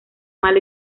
mal